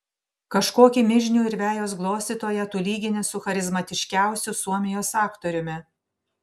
kažkokį mižnių ir vejos glostytoją tu lygini su charizmatiškiausiu suomijos aktoriumi